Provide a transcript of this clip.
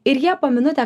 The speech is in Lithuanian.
ir jie po minutę